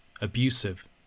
abusive